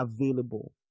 available